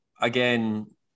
again